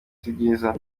sibyiza